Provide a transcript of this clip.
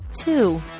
two